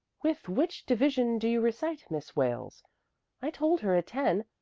with which division do you recite, miss wales i told her at ten,